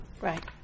Right